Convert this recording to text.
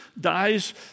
dies